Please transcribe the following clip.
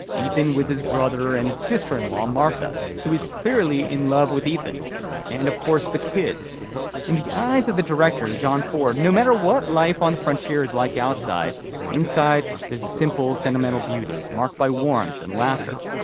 ethan with his brother and sister in law martha who is clearly in love with ethan and of course the kids in the eyes of the director john ford. no matter what life on the frontier is like outside inside there's a simple sentimental beauty marked by warmth and laughter